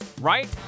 right